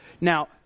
Now